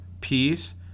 peace